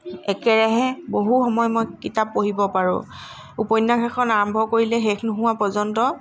একেৰাহে বহু সময় মই কিতাপ পঢ়িব পাৰোঁ উপন্যাস এখন আৰম্ভ কৰিলে শেষ নোহোৱা পৰ্য্যন্ত